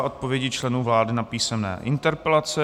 Odpovědi členů vlády na písemné interpelace